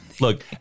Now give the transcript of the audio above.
Look